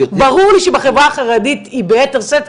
ברור לי שבחברה החרדית היא ביתר שאת,